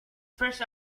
first